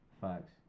Facts